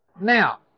Now